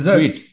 Sweet